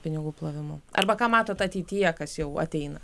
pinigų plovimu arba ką matot ateityje kas jau ateina